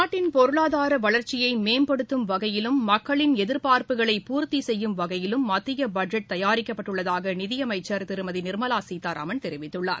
நாட்டின் பொருளாதார வளர்ச்சியை மேம்படுத்தும் வகையிலும் மக்களின் எதிர்பார்ப்புகளை பூர்த்தி செய்யும் வகையிலும் மத்திய பட்ஜெட் தயாரிக்கப்பட்டுள்ளதாக நிதியமைச்சா் திருமதி நிா்மலா சீதாராமன் தெரிவித்துள்ளார்